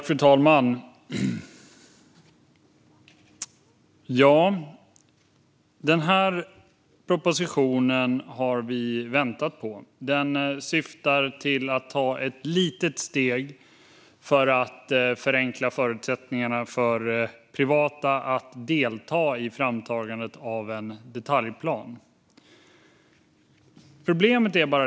Fru talman! Den här propositionen har vi väntat på. Den syftar till att ta ett litet steg för att förenkla förutsättningarna för enskilda att delta i framtagandet av en detaljplan.